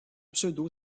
pseudo